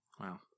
Wow